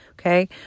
okay